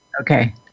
Okay